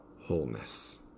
wholeness